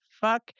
fuck